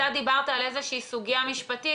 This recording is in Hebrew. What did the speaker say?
אתה דיברת על איזה שהיא סוגיה משפטית